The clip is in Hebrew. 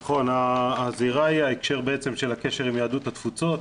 נכון, הזירה היא ההקשר של הקשר עם יהדות התפוצות,